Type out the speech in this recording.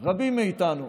רבים מאיתנו,